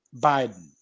Biden